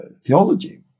theology